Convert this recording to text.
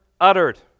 uttered